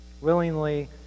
Willingly